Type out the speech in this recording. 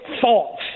false